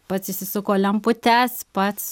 pats įsisuko lemputes pats